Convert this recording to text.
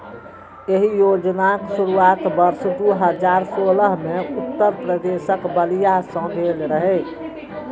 एहि योजनाक शुरुआत वर्ष दू हजार सोलह मे उत्तर प्रदेशक बलिया सं भेल रहै